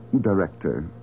Director